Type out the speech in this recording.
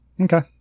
okay